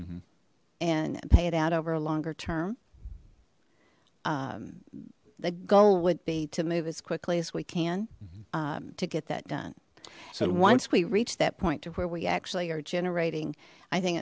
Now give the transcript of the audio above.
and pay it out over a longer term the goal would be to move as quickly as we can to get that done so once we reach that point to where we actually are generating i think